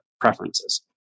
preferences